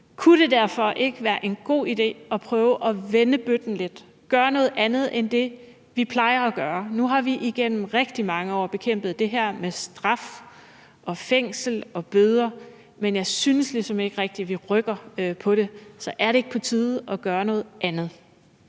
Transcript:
Kunne det derfor ikke være en god idé at prøve at vende bøtten lidt og gøre noget andet end det, vi plejer at gøre? Nu har vi igennem rigtig mange år bekæmpet det her med straf, fængsel og bøder, men jeg synes ligesom ikke rigtig, at vi rykker på det, så er det ikke på tide at gøre noget andet?